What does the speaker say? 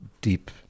deep